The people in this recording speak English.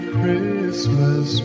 Christmas